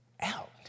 out